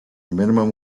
minimum